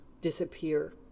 disappear